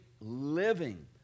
living